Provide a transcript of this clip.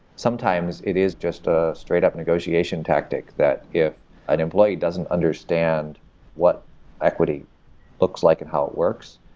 sometimes it is just a straight up negotiation tactic that if an employee doesn't understand what equity looks like and how it works,